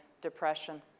depression